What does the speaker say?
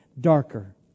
darker